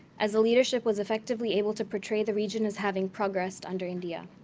as the leadership was effectively able to portray the region as having progressed under india.